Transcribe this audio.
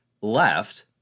left